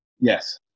Yes